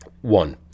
One